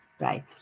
right